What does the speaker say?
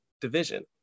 division